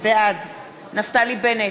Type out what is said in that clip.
בעד נפתלי בנט,